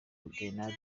grenade